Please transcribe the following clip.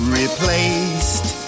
replaced